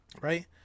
Right